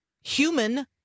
human